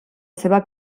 seva